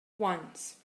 ones